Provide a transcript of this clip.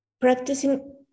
Practicing